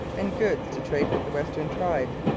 and goods to trade with the western tribes,